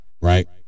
right